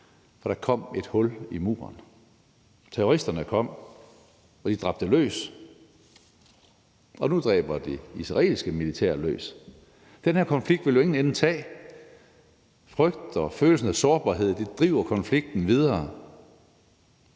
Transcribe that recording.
for der kom et hul i muren. Terroristerne kom, og de dræbte løs, og nu dræber det israelske militær løs. Den her konflikt vil jo ingen ende tage; frygten og følelsen af sårbarhed driver konflikten videre.